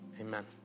Amen